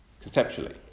conceptually